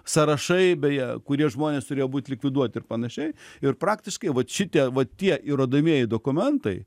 sąrašai beje kurie žmonės turėjo būt likviduoti ir panašiai ir praktiškai vat šitie va tie įrodomieji dokumentai